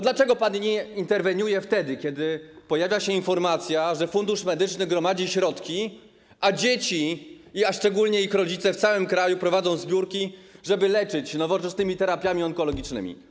Dlaczego pan nie interweniuje wtedy, kiedy pojawia się informacja, że Fundusz Medyczny gromadzi środki, a dzieci, ich rodzice w całym kraju prowadzą zbiórki na leczenie nowoczesnymi terapiami onkologicznymi?